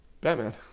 Batman